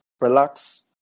relax